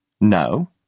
No